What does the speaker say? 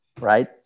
right